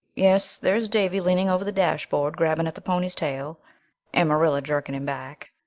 yes, there's davy leaning over the dashboard grabbing at the pony's tail and marilla jerking him back.